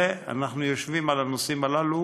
אנחנו יושבים על הנושאים הללו